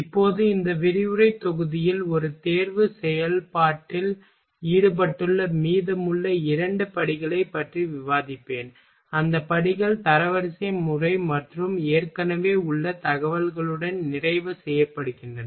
இப்போது இந்த விரிவுரை தொகுதியில் ஒரு தேர்வு செயல்பாட்டில் ஈடுபட்டுள்ள மீதமுள்ள இரண்டு படிகளைப் பற்றி விவாதிப்பேன் அந்த படிகள் தரவரிசை முறை மற்றும் ஏற்கனவே உள்ள தகவல்களுடன் நிறைவு செய்யப்படுகின்றன